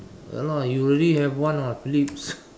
a lot you already have one [what] Philips